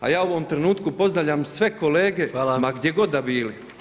A ja u ovom trenutku pozdravljam sve kolege ma gdje god da bili.